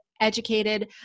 educated